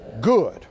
good